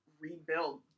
rebuild